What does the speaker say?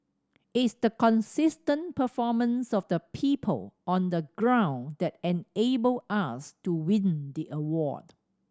it's the consistent performance of the people on the ground that enabled us to win the award